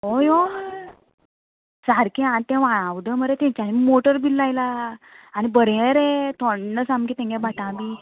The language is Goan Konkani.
हय हय सारकें आं तें व्हाळां उद मरे तेंच्यांनी मोटर बीन लायलां आनी बरें रे थंड सामकें तेंगे भाटां बी